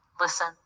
listen